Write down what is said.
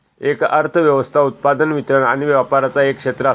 एक अर्थ व्यवस्था उत्पादन, वितरण आणि व्यापराचा एक क्षेत्र असता